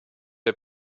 der